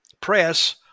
press